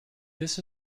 this